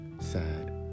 sad